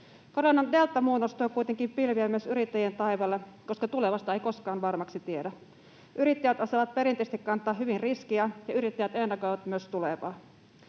Koronan deltamuunnos tuo kuitenkin pilviä myös yrittäjien taivaalle, koska tulevasta ei koskaan varmaksi tiedä. Yrittäjät osaavat perinteisesti kantaa hyvin riskiä, ja yrittäjät ennakoivat myös tulevaa.